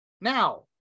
now